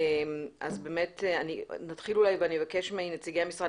אני אתחיל אולי ואני אבקש מנציגי המשרד